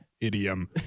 idiom